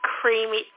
creamy